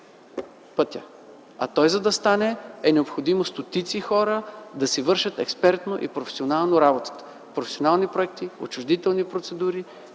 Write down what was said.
пътят! За да стане той, е необходимо стотици хора да си вършат експертно и професионално работата – професионални проекти, отчуждителни процедури